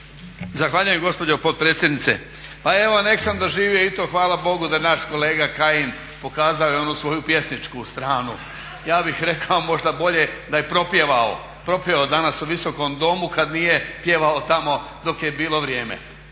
Zahvaljujem gospođo potpredsjednice. Pa evo nek sam doživio i to, hvala Bogu da naš kolega Kajin pokazao je onu svoju pjesničku stranu. Ja bih rekao možda bolje da je propjevao danas u visokom domu kad nije pjevao tamo dok je bilo vrijeme.